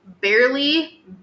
barely